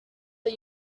but